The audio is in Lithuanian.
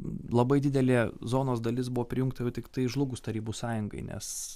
labai didelė zonos dalis buvo prijungta tiktai žlugus tarybų sąjungai nes